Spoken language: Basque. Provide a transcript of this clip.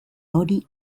hori